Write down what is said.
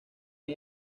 han